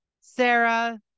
Sarah